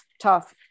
tough